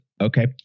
okay